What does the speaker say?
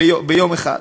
ביום אחד.